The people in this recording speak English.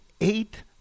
eight